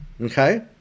okay